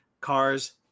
cars